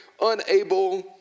unable